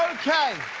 okay!